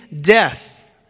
death